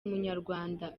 munyarwanda